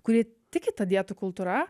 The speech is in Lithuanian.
kurie tiki ta dietų kultūra